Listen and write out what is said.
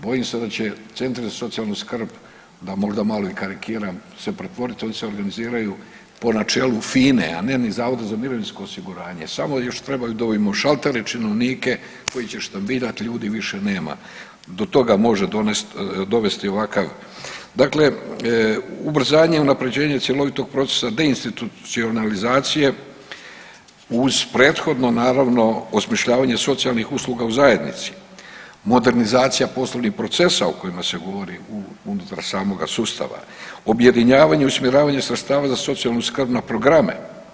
Bojim se da će centri za socijalnu skrb da možda malo i karikiram, se pretvorit oni se organiziraju po načelu FINA-e, a ne ni Zavodu za mirovinsko osiguranje, samo još trebaju … šaltere, činovnike koji će štambiljat ljudi više nema do toga može dovesti ovakav, dakle ubrzanje unapređenja cjelovitog procesa deinstitucionalizacije uz prethodno naravno osmišljavanje socijalnih usluga u zajednici, modernizacija poslovnih procesa o kojima se govori unutar samoga sustava, objedinjavanje i usmjeravanje sredstava za socijalnu skrb na programe.